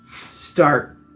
start